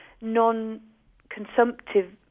non-consumptive